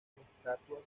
estatuas